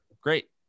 Great